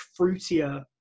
fruitier